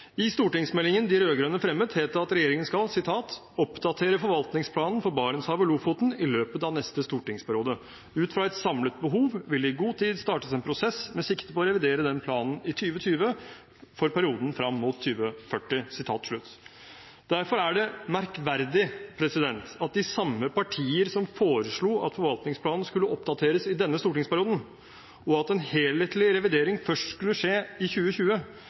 I stortingsmeldingen de rød-grønne fremmet, het det at regjeringen skal: «Oppdatere forvaltningsplanen for Barentshavet – Lofoten i løpet av neste stortingsperiode. Ut fra et samlet behov, vil det i god tid startes en prosess med sikte på å revidere den planen i 2020 for perioden fram mot 2040.» Derfor er det merkverdig at de samme partier som foreslo at forvaltningsplanen skulle oppdateres i denne stortingsperioden, og at en helhetlig revidering først skulle skje i 2020,